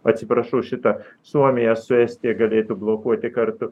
atsiprašau šitą suomija su estija galėtų blokuoti kartu